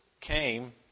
came